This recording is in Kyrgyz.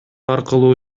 аркылуу